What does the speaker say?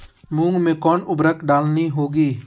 मूंग में कौन उर्वरक डालनी होगी?